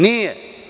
Nije.